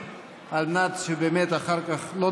על אחת כמה וכמה, אדוני.